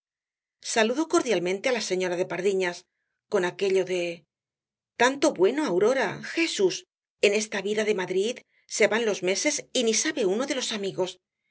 saludó cordialmente á la señora de pardiñas con aquello de tanto bueno aurora jesús en esta vida de madrid se van los meses y ni sabe uno de los amigos